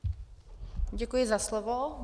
Děkuji za slovo.